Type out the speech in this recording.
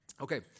Okay